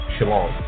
Shalom